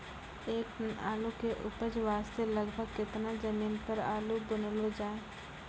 एक टन आलू के उपज वास्ते लगभग केतना जमीन पर आलू बुनलो जाय?